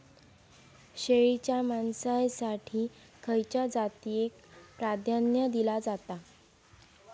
शेळीच्या मांसाएसाठी खयच्या जातीएक प्राधान्य दिला जाता?